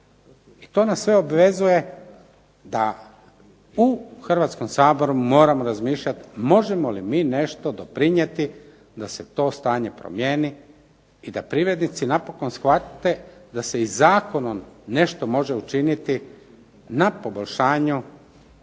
I to nas sve obvezuje da u Hrvatskom saboru moramo razmišljat možemo li mi nešto doprinijeti da se to stanje promijeni i da privrednici napokon shvate da se i zakonom nešto može učiniti na poboljšanju